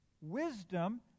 wisdom